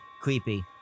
creepy